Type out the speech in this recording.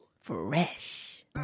Fresh